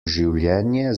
življenje